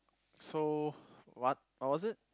so what what was it